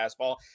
fastball